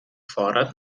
fahrrad